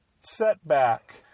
setback